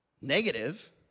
negative